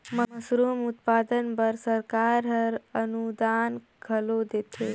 mushroom उत्पादन बर सरकार हर अनुदान घलो देथे